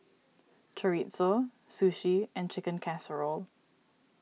Chorizo Sushi and Chicken Casserole